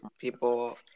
people